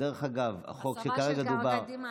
השמה של אקדמאים.